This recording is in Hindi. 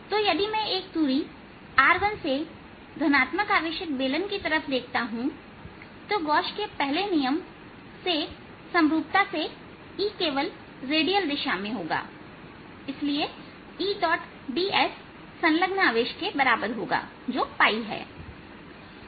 तो यदि मैं एक दूरी r1से धनात्मक आवेशित बेलन की तरफ देखता हूं तो गोश के पहले नियम से समरूपता से E केवल रेडियल दिशा में होगा और इसलिए Eds संलग्न आवेश के बराबर होगा जो होगा